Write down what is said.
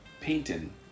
painting